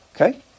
Okay